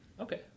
Okay